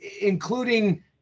including